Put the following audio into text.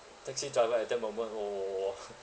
taxi driver at that moment !whoa!